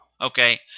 Okay